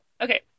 Okay